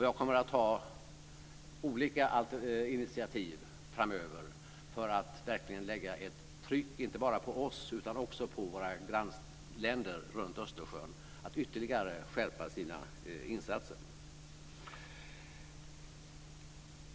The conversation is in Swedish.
Jag kommer att ta olika initiativ framöver för att verkligen lägga tryck, inte bara på oss utan också på våra grannländer runt Östersjön att ytterligare skärpa sina insatser.